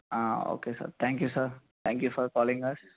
okay sir thank you sir thank you for calling us